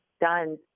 done